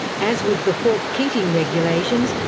as with the hawke keating regulations,